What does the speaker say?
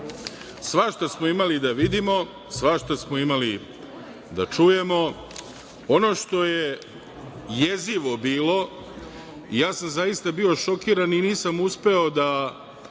smo imali da vidimo, svašta smo imali da čujemo. Ono što je jezivo bilo, ja sam zaista bio šokiran i nisam uspeo da